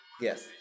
Yes